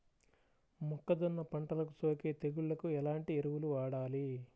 మొక్కజొన్న పంటలకు సోకే తెగుళ్లకు ఎలాంటి ఎరువులు వాడాలి?